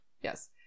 Yes